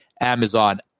amazon